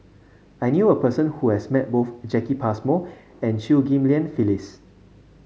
I knew a person who has met both Jacki Passmore and Chew Ghim Lian Phyllis